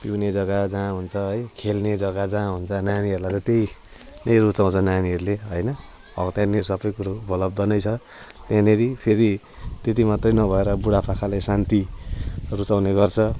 पिउने जग्गा जहाँ हुन्छ है खेल्ने जग्गा जहाँ हुन्छ नानीहरूलाई त त्यही नै रुचाउँछ नानीहरूले हैन अब त्यहाँनिर सबै कुरो उपलब्ध नै छ त्यहाँनिर फेरि त्यति मात्रै नभएर बुढापाकाले शान्ति रुचाउने गर्छ